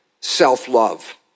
self-love